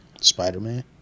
Spider-Man